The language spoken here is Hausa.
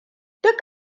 duk